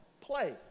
Play